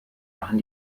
machen